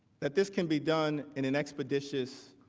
that this can be done in an expeditious